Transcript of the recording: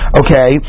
okay